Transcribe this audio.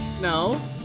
No